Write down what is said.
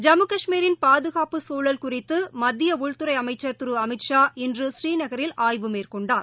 ஐம்மு காஷ்மீரில் பாதுகாப்பு சூழல் குறித்து மத்திய உள்துறை அமைச்சர் திரு அமித்ஷா இன்று ஆய்வு மேற்கொண்டார்